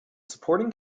supporting